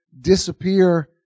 disappear